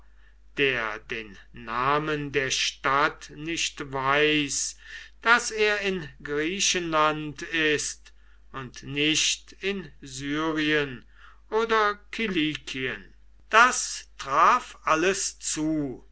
der den namen der stadt nicht weiß daß er in griechenland ist und nicht in syrien oder kilikien das traf alles zu